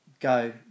go